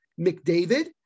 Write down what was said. McDavid